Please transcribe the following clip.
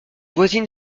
voisine